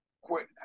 quit